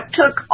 took